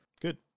Good